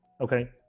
Okay